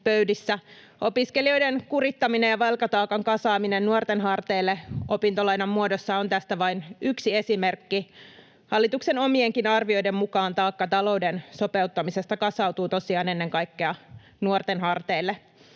Opiskelijoiden kurittaminen ja velkataakan kasaaminen nuorten harteille opintolainan muodossa on tästä vain yksi esimerkki. Hallituksen omienkin arvioiden mukaan taakka talouden sopeuttamisesta kasautuu tosiaan ennen kaikkea nuorten harteille.